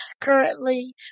currently